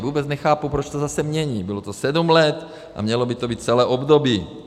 Vůbec nechápu, proč to zase mění, bylo to sedm let, a mělo by to být celé období.